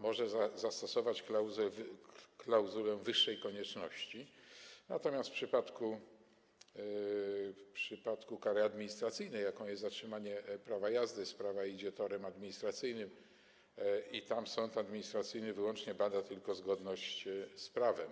może zastosować klauzulę wyższej konieczności - natomiast w przypadku kary administracyjnej, jaką jest zatrzymanie prawa jazdy, sprawa idzie torem administracyjnym i sąd administracyjny bada wyłącznie zgodność z prawem.